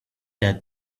that